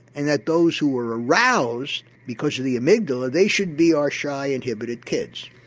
and that those who were aroused because of the amygdala they should be our shy, inhibited kids.